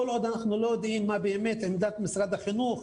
כל עוד אנחנו לא יודעים מה באמת עמדת משרד החינוך,